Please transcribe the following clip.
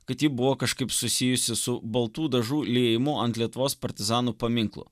kad ji buvo kažkaip susijusi su baltų dažų liejimu ant lietuvos partizanų paminklų